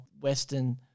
Western